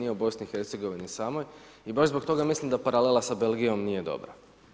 Nije o BIH samoj i baš zbog toga mislim da paralela sa Belgijom nije dobra.